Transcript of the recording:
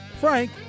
Frank